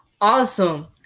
Awesome